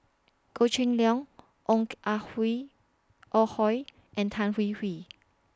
Goh Cheng Liang Ong Ah Hui Ah Hoi and Tan Hwee Hwee